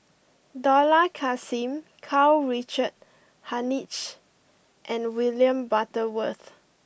Dollah Kassim Karl Richard Hanitsch and William Butterworth